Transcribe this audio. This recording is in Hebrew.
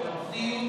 מה אתה אומר,